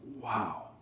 Wow